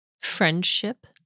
friendship